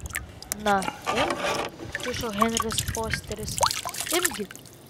na imk kišo henris fosteris imk gi